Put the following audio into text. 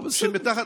בסדר.